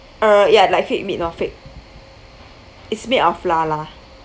uh ya like fake meat lor fake it's made of flour lah